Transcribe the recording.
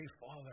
Father